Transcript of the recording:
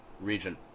region